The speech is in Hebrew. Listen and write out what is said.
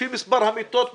לפי מספר המיטות בפועל,